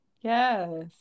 Yes